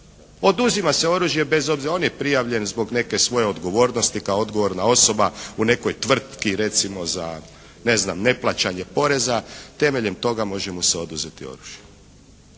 Oduzima se oružje bez obzira. On je prijavljen zbog neke svoje odgovornosti kao odgovorna osoba u nekoj tvrtki recimo za ne znam, za neplaćanje poreza. Temeljem toga može mu se oduzeti oružje.